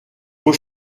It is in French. vos